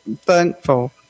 thankful